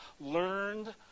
learned